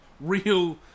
real